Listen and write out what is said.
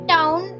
Town